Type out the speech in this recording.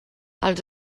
els